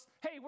hey